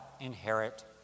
inherit